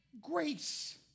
grace